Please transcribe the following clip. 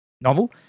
novel